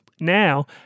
now